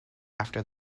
after